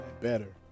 better